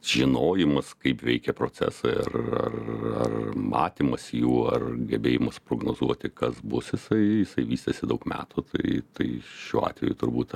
žinojimas kaip veikia procesai ar ar ar matymas jų ar gebėjimas prognozuoti kas bus jisai jisai vystėsi daug metų tai tai šiuo atveju turbūt